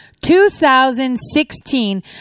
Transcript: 2016